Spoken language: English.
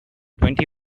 twenty